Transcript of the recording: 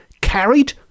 carried